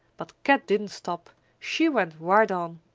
but kat didn't stop she went right on.